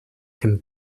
can